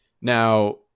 Now